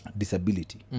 disability